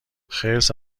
خرس